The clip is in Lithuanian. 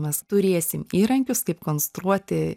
mes turėsim įrankius kaip konstruoti